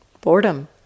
boredom